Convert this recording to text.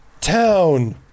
town